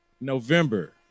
November